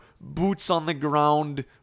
boots-on-the-ground